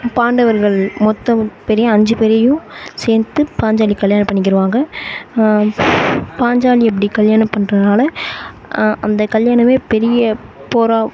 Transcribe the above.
பாண்டவர்கள் மொத்த பேரையும் அஞ்சு பேரையும் சேர்த்து பாஞ்சாலி கல்யாணம் பண்ணிக்கிடுவாங்க பாஞ்சாலி அப்படி கல்யாணம் பண்ணுறதுனால அந்த கல்யாணமே பெரிய போராக